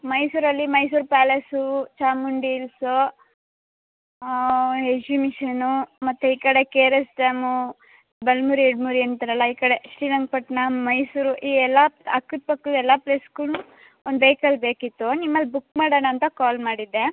ಮೈಸೂರಲ್ಲಿ ಮೈಸೂರು ಪ್ಯಾಲೇಸೂ ಚಾಮುಂಡಿ ಇಲ್ಸು ಎಶಿಮಿಷನೂ ಮತ್ತು ಈ ಕಡೆ ಕೆ ಆರ್ ಎಸ್ ಡ್ಯಾಮು ಬಲಮುರಿ ಎಡಮುರಿ ಅಂತಾರಲ್ಲ ಈ ಕಡೆ ಶ್ರೀರಂಗಪಟ್ಣ ಮೈಸೂರು ಈ ಎಲ್ಲ ಅಕ್ಕದ ಪಕ್ಕದ ಎಲ್ಲ ಪ್ಲೇಸ್ಗೂನು ಒಂದು ವೇಕಲ್ ಬೇಕಿತ್ತು ನಿಮ್ಮಲ್ಲಿ ಬುಕ್ ಮಾಡೋಣ ಅಂತ ಕಾಲ್ ಮಾಡಿದ್ದೆ